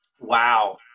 Wow